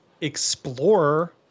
Explorer